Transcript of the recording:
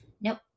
nope